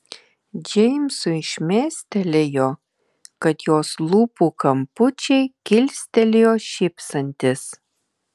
džeimsui šmėstelėjo kad jos lūpų kampučiai kilstelėjo šypsantis